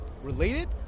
related